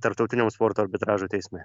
tarptautiniam sporto arbitražo teisme